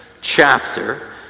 chapter